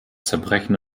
zerbrechen